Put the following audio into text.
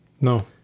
No